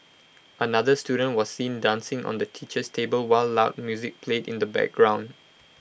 another student was seen dancing on the teacher's table while loud music played in the background